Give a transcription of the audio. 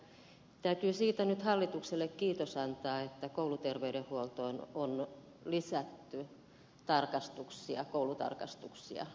siitä täytyy nyt hallitukselle kiitos antaa että kouluterveydenhuoltoon on lisätty tarkastuksia koulutarkastuksia